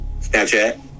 Snapchat